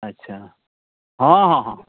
ᱟᱪᱪᱷᱟ ᱦᱚᱸ ᱦᱚᱸ